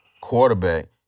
quarterback